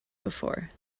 before